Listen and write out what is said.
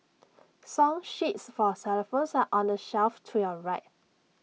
song sheets for xylophones are on the shelf to your right